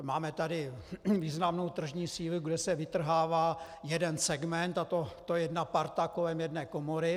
Máme tady významnou tržní sílu, kde se vytrhává jeden segment, a to jedna parta kolem jedné komory.